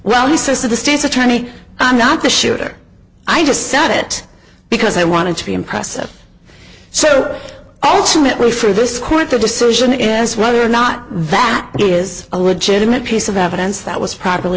well he says to the state's attorney i'm not the shooter i just said it because i wanted to be impressive so ultimately for this court the decision is whether or not that is a legitimate piece of evidence that was properly